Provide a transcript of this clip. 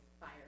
fire